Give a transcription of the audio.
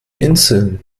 inseln